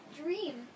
dream